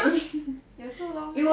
!huh! got so long meh